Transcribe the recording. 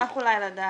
אז תשמח אולי לדעת,